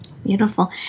Beautiful